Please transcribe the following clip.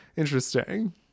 Interesting